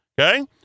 Okay